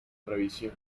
revisión